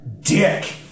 Dick